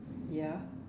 ya